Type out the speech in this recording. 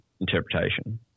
interpretation